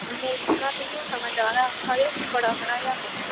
नेईं घट्ट नीं होना जैदा आक्खादे हे में घटाया सगूं